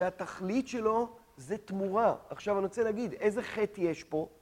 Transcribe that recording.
והתכלית שלו זה תמורה. עכשיו אני רוצה להגיד, איזה חטא יש פה?